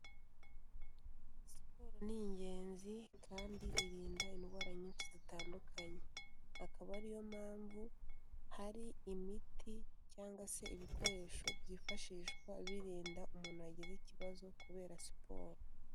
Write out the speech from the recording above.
Siporo ni ingenzi kandi irinda indwara nyinshi zitandukanye, akaba ari yo mpamvu hari imiti cyangwa se ibikoresho byifashishwa birinda umuntu wagize ikibazo kubera siporo.